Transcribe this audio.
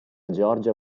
georgia